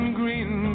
green